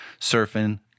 Surfing